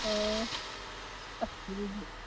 ꯑꯣ ꯑꯁ ꯑꯗꯨꯗꯤ